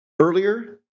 earlier